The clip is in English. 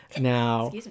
Now